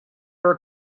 her